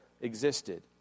existed